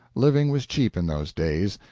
living was cheap in those days,